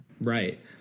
Right